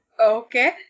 okay